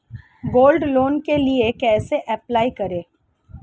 Gold loan के लिए कैसे अप्लाई करें?